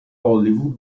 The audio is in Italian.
hollywood